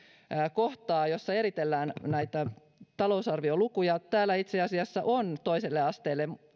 kohtaa jossa eritellään näitä talousarviolukuja täällä itse asiassa on toiselle asteelle